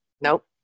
Nope